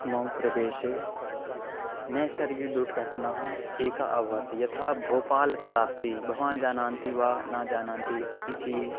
मम प्रदेशे नैसर्गिकदुर्घटना एका अभवत् यथा भोपाल् त्रास्डी भवान् जानन्ति वा ना जानन्ति इति